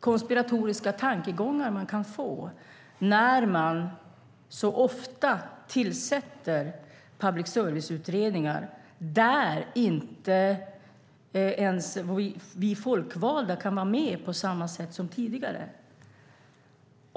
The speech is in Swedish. konspiratoriska tankegångar jag kan få när det så ofta tillsätts public service-utredningar där vi folkvalda inte ens kan vara med på samma sätt som tidigare.